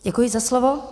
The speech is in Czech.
Děkuji za slovo.